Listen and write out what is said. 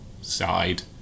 side